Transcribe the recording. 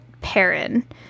parent